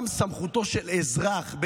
גם סמכותו של אזרח,